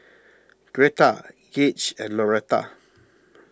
Gretta Gage and Loretta